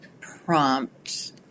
prompt